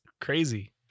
crazy